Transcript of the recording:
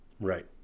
right